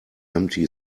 empty